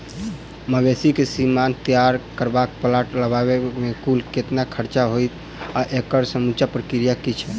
मवेसी केँ सीमन तैयार करबाक प्लांट लगाबै मे कुल कतेक खर्चा हएत आ एकड़ समूचा प्रक्रिया की छैक?